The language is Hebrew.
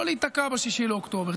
או להיתקע ב-6 באוקטובר.